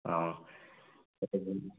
ꯑꯥꯎ